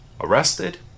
arrested